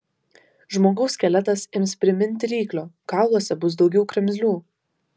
žmogaus skeletas ims priminti ryklio kauluose bus daugiau kremzlių